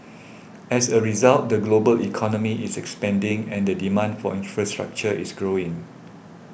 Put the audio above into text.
as a result the global economy is expanding and the demand for infrastructure is growing